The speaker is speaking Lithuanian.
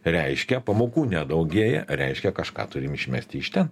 reiškia pamokų nedaugėja reiškia kažką turim išmesti iš ten